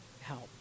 help